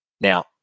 Now